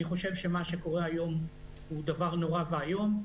אני חושב שמה שקורה היום הוא נורא ואיום,